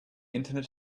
internet